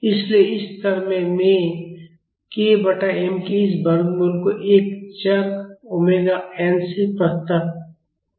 इसलिए इस स्तर पर मैं k बटा m के इस वर्गमूल को एक चर ओमेगा n से प्रतिस्थापित करूँगा